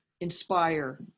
inspire